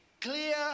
clear